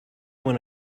when